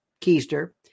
keister